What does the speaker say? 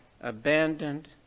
abandoned